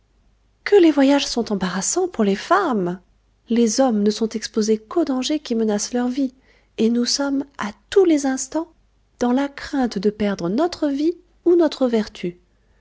que les voyages sont embarrassants pour les femmes les hommes ne sont exposés qu'aux dangers qui menacent leur vie et nous sommes à tous les instants dans la crainte de perdre notre vie ou notre vertu